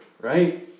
Right